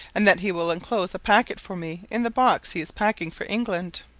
and that he will enclose a packet for me in the box he is packing for england.